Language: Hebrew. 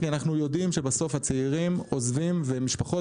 כי אנחנו יודעים שבסוף הצעירים עוזבים ומשפחות